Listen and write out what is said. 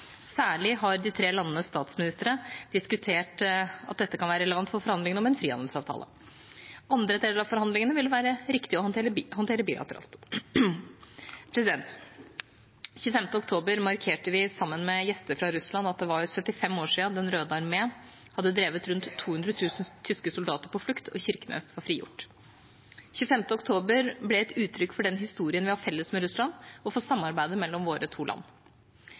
særlig har de tre landenes statsministre diskutert at dette kan være relevant for forhandlingene om en frihandelsavtale. Andre deler av forhandlingene vil det være riktig å håndtere bilateralt. Den 25. oktober markerte vi sammen med gjester fra Russland at det var 75 år siden Den røde armé hadde drevet rundt 200 000 tyske soldater på flukt og Kirkenes var frigjort. 25. oktober ble et uttrykk for den historien vi har felles med Russland, og for samarbeidet mellom våre to land.